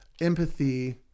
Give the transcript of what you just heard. Empathy